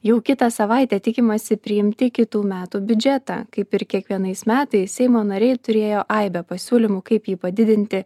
jau kitą savaitę tikimasi priimti kitų metų biudžetą kaip ir kiekvienais metais seimo nariai turėjo aibę pasiūlymų kaip jį padidinti